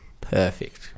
Perfect